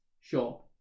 Sure